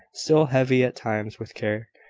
still heavy at times with care.